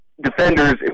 defenders